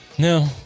No